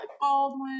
Baldwin